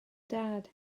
dad